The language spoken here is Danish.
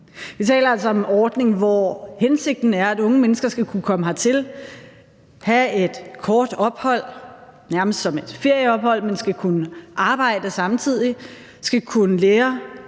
Vi taler altså om en ordning, hvor hensigten er, at unge mennesker skal kunne komme hertil, have et kort ophold, nærmest som et ferieophold, men skal kunne arbejde samtidig, skal kunne lære